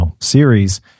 series